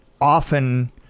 often